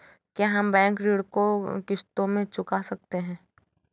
क्या हम बैंक ऋण को किश्तों में चुका सकते हैं?